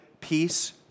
peace